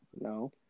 No